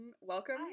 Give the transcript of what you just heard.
welcome